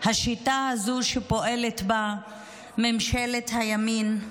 היא שהשיטה הזאת שפועלת בה ממשלת הימין,